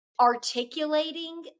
articulating